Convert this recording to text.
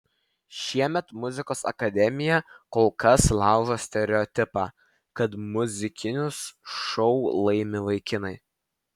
šiemet muzikos akademija kol kas laužo stereotipą kad muzikinius šou laimi vaikinai